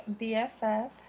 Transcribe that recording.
BFF